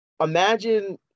imagine